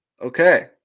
Okay